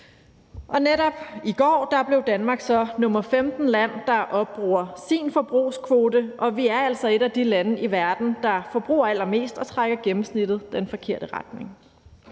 Og netop i går blev Danmark så land nr. 15, der har opbrugt sin forbrugskvote, og vi er altså et af de lande i verden, der forbruger allermest og trækker gennemsnittet i den forkerte retning.